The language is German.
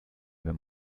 wenn